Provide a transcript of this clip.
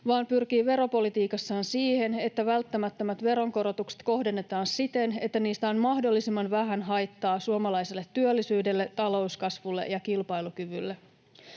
vaan pyrkii veropolitiikassaan siihen, että välttämättömät veronkorotukset kohdennetaan siten, että niistä on mahdollisimman vähän haittaa suomalaiselle työllisyydelle, talouskasvulle ja kilpailukyvylle.